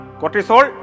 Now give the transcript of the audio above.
cortisol